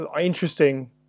interesting